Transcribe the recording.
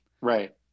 Right